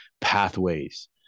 pathways